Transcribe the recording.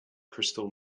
crystal